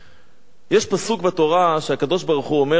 יש פסוק בתורה, שהקדוש-ברוך-הוא אומר למשה: